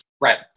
Right